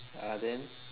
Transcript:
ah then